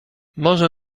może